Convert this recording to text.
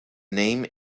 name